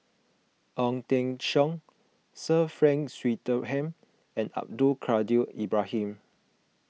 Ong Teng Cheong Sir Frank Swettenham and Abdul Kadir Ibrahim